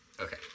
Okay